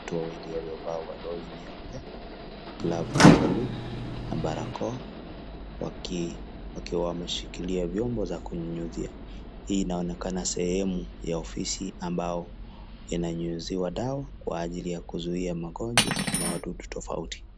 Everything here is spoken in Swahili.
Watu wawili wakiwa wamevalia ovaroli nyeupe, glavu za blue na barakoa wakiwa wameshikilia vyombo za kunyunyiza dawa. Hii inaonekana sehemu ya ofisi ambao inanyunyiziwa dawa kwa aajili ya kuzuia Magonjwa au wadudu tofauti.